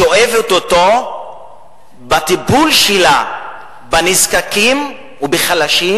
היא שואבת אותו מהטיפול שלה בנזקקים ובחלשים,